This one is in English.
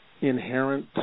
inherent